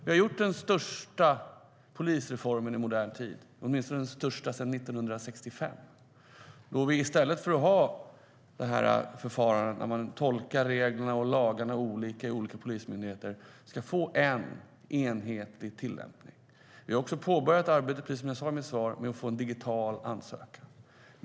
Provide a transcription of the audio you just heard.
Vi har genomfört den största polisreformen i modern tid - åtminstone den största sedan 1965. I stället för att ha förfarandet att man tolkar reglerna och lagarna olika vid olika polismyndigheter ska det nu bli en enhetlig tillämpning. Precis som jag sa i mitt svar pågår arbetet med att införa en digital ansökan.